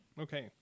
Okay